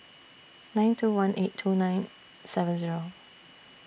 nine two one eight two nine seven Zero